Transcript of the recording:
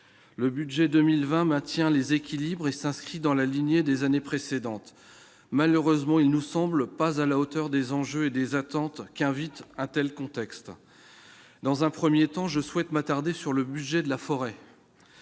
le budget 2020 maintient les équilibres et s'inscrit dans la lignée des années précédentes, malheureusement il nous semble pas à la hauteur des enjeux et des attentes qu'invite à telle contexte dans un 1er temps, je souhaite m'attarder sur le budget de la forêt,